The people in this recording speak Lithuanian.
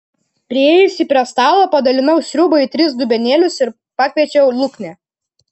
priėjusi prie stalo padalinau sriubą į tris dubenėlius ir pakviečiau luknę